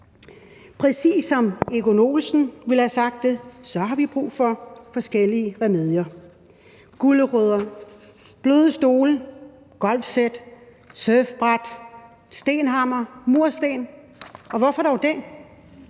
Præcis som Egon Olsen ville have sagt det, har vi brug for forskellige remedier: gulerødder, bløde stole, golfsæt, surfbrætter, stenhammere, mursten. Og hvorfor dog det?